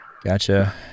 Gotcha